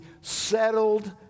settled